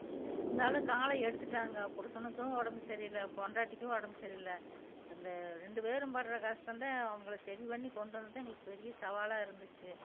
இரு இருந்தாலும் காலை எடுத்துவிட்டாங்க புருஷனுக்கும் உடம்பு சரி இல்லை பெண்டாட்டிக்கும் உடம்பு சரி இல்லை அந்த ரெண்டு பேரும் படுகிற கஷ்டந்தான் அவங்கள சரி பண்ணி கொண்டு வந்தது எங்களுக்கு பெரிய சவாலாக இருந்துச்சு